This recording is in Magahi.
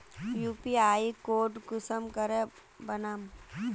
यु.पी.आई कोड कुंसम करे बनाम?